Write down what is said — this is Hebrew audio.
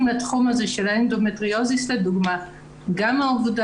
לתחום הזה של האנדומטריוזיס לדוגמה גם בעבודה